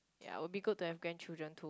ya will be good to have grandchildren too